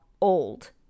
Old